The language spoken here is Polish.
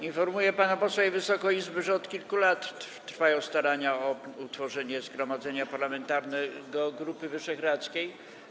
Informuję pana posła i Wysoką Izbę, że od kilku lat trwają starania o utworzenie zgromadzenia parlamentarnego Grupy Wyszehradzkiej.